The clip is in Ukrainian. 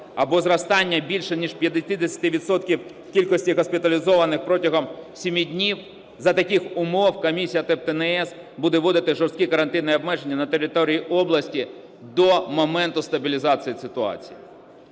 або зростання більше ніж на 50 відсотків кількості госпіталізованих протягом 7 днів, за таких умов комісія ТЕБ та НС буде вводити жорсткі карантинні обмеження на території області до моменту стабілізації ситуації.